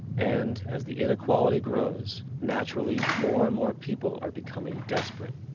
and, as the inequality grows, naturally, more and more people are becoming desperate.